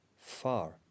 far